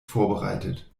vorbereitet